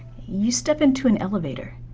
you step into an elevator.